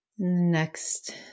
Next